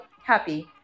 happy